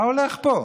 מה הולך פה?